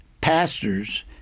pastors